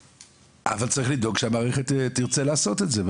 אבל צריך לדאוג שהמערכת תרצה לעשות את זה.